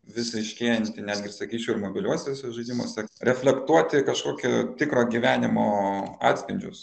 vis ryškėjanti netgi sakyčiau ir mobiliuosiuose žaidimuose reflektuoti kažkokio tikro gyvenimo atspindžius